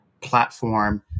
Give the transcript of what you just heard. platform